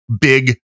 big